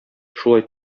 шулай